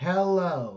Hello